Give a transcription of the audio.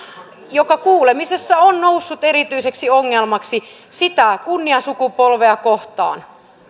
mikä kuulemisessa on noussut erityiseksi ongelmaksi sitä kunniasukupolvea kohtaan